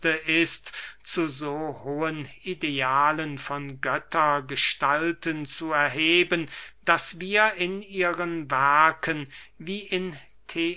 ist zu so hohen idealen von göttergestalten zu erheben daß wir in ihren werken wie in